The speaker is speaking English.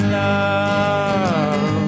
love